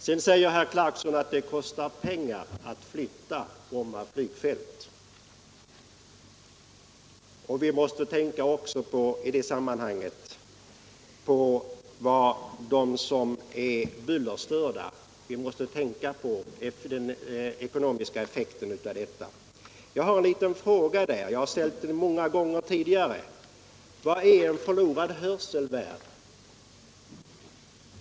Sedan säger herr Clarkson att det kostar pengar att flytta Bromma flygfält och att vi i det sammanhanget också måste tänka på den ekonomiska effekten av bullerstörningarna. Jag har på den punkten några frågor som jag ställt många gånger tidigare: Vad är en förlorad hörsel värd?